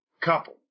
couple